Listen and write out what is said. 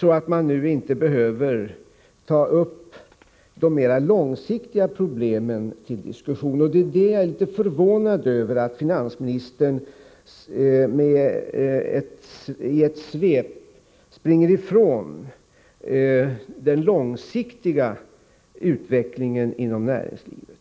att vi nu inte behöver ta upp de mera långsiktiga problemen till diskussion? Jag är något förvånad över att finansministern springer ifrån debatten om den långsiktiga utvecklingen inom näringslivet.